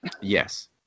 Yes